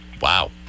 Wow